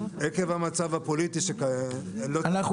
עקב המצב הפוליטי שקיים --- מה הקשר המצב הפוליטי?